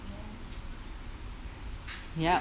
ya